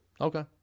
Okay